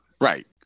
Right